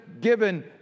given